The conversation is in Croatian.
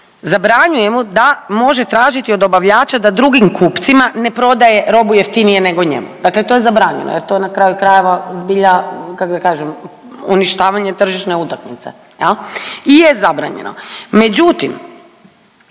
zabranjuje mu da može tražiti od dobavljača da drugim kupcima ne prodaje robu jeftinije nego njemu. Dakle, to je zabranjeno jer to je na kraju krajeva zbilja kak da kažem uništavanje tržišne utakmice jel i jest zabranjeno.